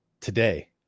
today